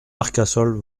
marcassol